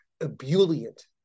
ebullient